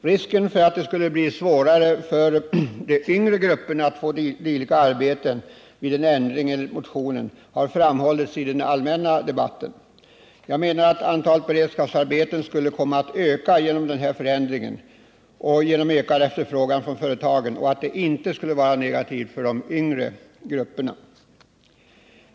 Risken för att det skulle bli svårare för de yngre grupperna att få dylika arbeten vid en ändring enligt motionen har framhållits i den allmänna debatten. Jag menar att antalet beredskapsarbeten skulle komma att öka genom den här förändringen. Det skulle bli ökad efterfrågan från företagen, och ändringen skulle inte vara negativ för de yngre grupperna.